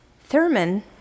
Thurman